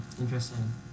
Interesting